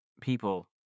people